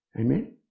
Amen